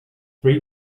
three